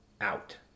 out